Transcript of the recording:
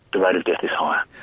the rate of death is higher.